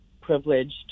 privileged